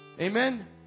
Amen